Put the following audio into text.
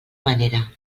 manera